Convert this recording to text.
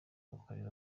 w’akarere